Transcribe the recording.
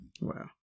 Wow